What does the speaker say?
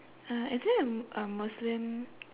uh is it uh a muslim